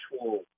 actual